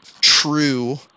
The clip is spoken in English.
true